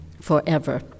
forever